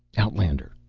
outlander,